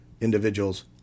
individuals